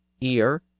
ear